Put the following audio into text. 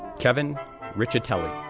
kevin richetelli,